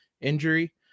injury